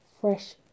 fresh